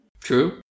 True